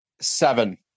Seven